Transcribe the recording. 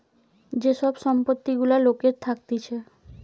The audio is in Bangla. যে সব সম্পত্তি গুলা লোকের থাকতিছে